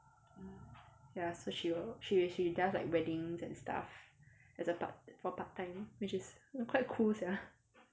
ya so she will she she does like weddings and stuff as a part for part time which is quite cool sia